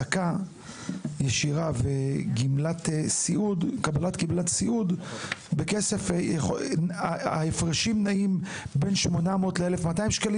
העסקה ישירה לבין קבלת גמלת סיעוד בכסף נעים בין 800 ₪ ל-1,200 ₪,